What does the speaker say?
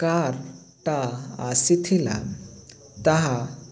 କାରଟା ଆସିଥିଲା ତାହା